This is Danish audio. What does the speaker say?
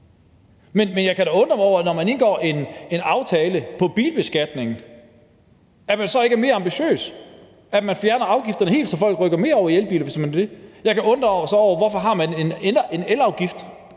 Men jeg kan da undre mig over, at man, når man indgår en aftale om bilbeskatning, så ikke er mere ambitiøs og siger, at man fjerner afgifterne helt, så folk rykker mere over i elbiler, hvis man vil have det. Jeg kan undre mig over, hvorfor man har en elafgift,